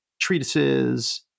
treatises